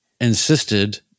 insisted